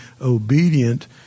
obedient